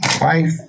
wife